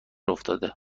افتاده